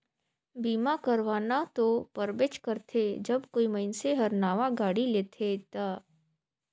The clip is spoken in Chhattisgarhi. बीमा करवाना तो परबेच करथे जब कोई मइनसे हर नावां गाड़ी लेथेत